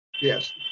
Yes